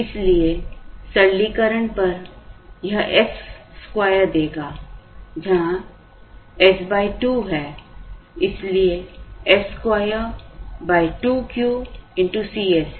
इसलिए सरलीकरण पर यह s वर्ग देगा यहाँ s2 है इसलिए s22 Q C s है